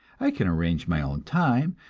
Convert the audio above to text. i can arrange my own time,